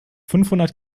fünfhundert